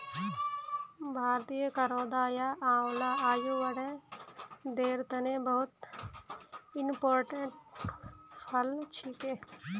भारतीय करौदा या आंवला आयुर्वेदेर तने बहुत इंपोर्टेंट फल छिके